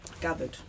gathered